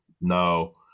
no